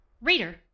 Reader